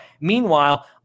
Meanwhile